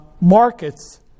markets